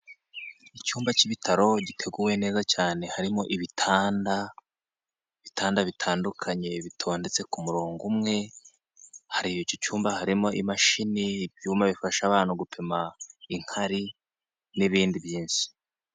Icyumba cy'ibitaro giteguwe neza cyane, harimo ibitanda, ibitanda bitandukanye bitondetse ku murongo umwe, hari icyo cyumba harimo imashini, ibyuma bifasha abana gupima inkari, n'ibindi byinshi.